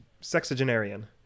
sexagenarian